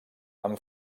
han